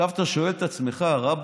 עכשיו אתה שואל את עצמך: רבאק,